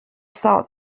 sought